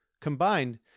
Combined